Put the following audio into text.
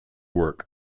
work